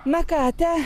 na ką ate